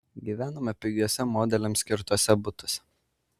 gyvenome pigiuose modeliams skirtuose butuose